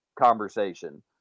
conversation